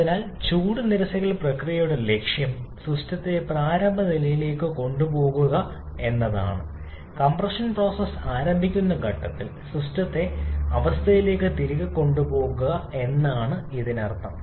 അതിനാൽ ചൂട് നിരസിക്കൽ പ്രക്രിയയുടെ ലക്ഷ്യം സിസ്റ്റത്തെ പ്രാരംഭ നിലയിലേക്ക് കൊണ്ടുപോകുക എന്നതാണ് കംപ്രഷൻ പ്രോസസ്സ് ആരംഭിക്കുന്ന ഘട്ടത്തിൽ സിസ്റ്റത്തെ സംസ്ഥാനത്തിലേക്ക് തിരികെ കൊണ്ടുപോകുക എന്നാണ് ഇതിനർത്ഥം